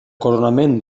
coronament